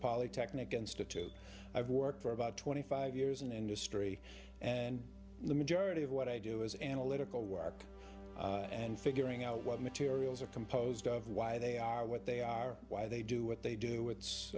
polytechnic institute i've worked for about twenty five years in industry and the majority of what i do is analytical work and figuring out what materials are composed of why they are what they are why they do what they do it's